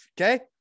Okay